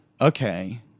okay